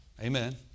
Amen